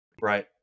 Right